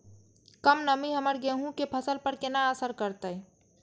कम नमी हमर गेहूँ के फसल पर केना असर करतय?